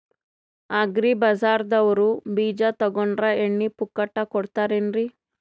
Agri ಬಜಾರದವ್ರು ಬೀಜ ತೊಗೊಂಡ್ರ ಎಣ್ಣಿ ಪುಕ್ಕಟ ಕೋಡತಾರೆನ್ರಿ?